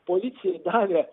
policijai davė